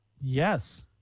Yes